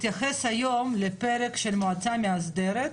להתייחס לפרק של המועצה המאסדרת,